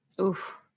oof